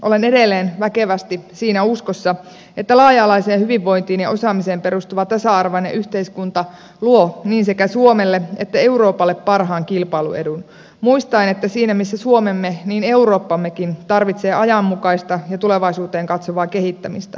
olen edelleen väkevästi siinä uskossa että laaja alaiseen hyvinvointiin ja osaamiseen perustuva tasa arvoinen yhteiskunta luo sekä suomelle että euroopalle parhaan kilpailuedun muistaen että siinä missä suomemme eurooppammekin tarvitsee ajanmukaista ja tulevaisuuteen katsovaa kehittämistä